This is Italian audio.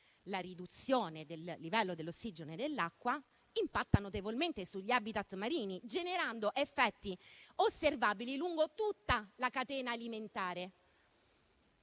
La riduzione del livello dell'ossigeno nell'acqua impatta notevolmente sugli *habitat* marini, generando effetti osservabili lungo tutta la catena alimentare.